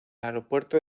aeropuerto